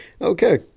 okay